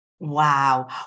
Wow